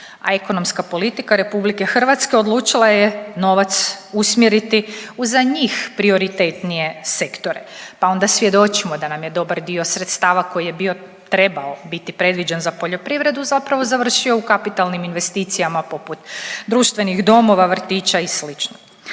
a ekonomska politika RH odlučila je novac usmjeriti u za njih prioritetnije sektore pa onda svjedočimo da nam je dobar dio sredstava koji je bio trebao biti predviđen za poljoprivredu zapravo završio u kapitalnim investicijama poput društvenih domova, vrtića i